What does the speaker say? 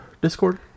Discord